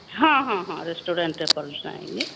हाँ हाँ हाँ रेस्टोरेंटे पर जाएँगे